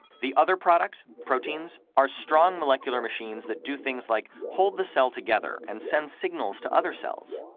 the other product, proteins, are strong molecular machines that do things like hold the cell together and send signals to other cells.